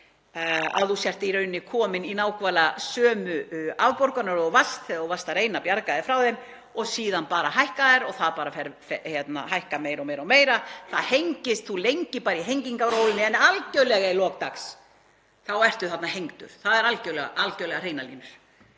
að þú sért í rauninni kominn í nákvæmlega sömu afborganir og þú varst þegar þú varst að reyna að bjarga þér frá þeim og síðan bara hækka þær og bara hækka meira og meira. Þú lengir bara í hengingarólinni en algerlega í lok dags ertu þarna hengdur, það eru algerlega hreinar línur.